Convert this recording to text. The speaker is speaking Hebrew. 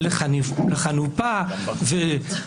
חבר הכנסת גלעד קריב, אחרון הדוברים להיום.